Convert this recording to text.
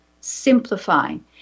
simplifying